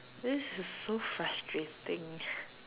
this is so frustrating